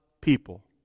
people